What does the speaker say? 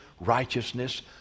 righteousness